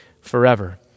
forever